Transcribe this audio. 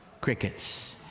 crickets